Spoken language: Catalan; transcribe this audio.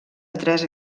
tres